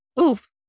Oof